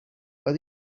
but